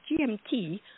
GMT